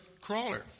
crawler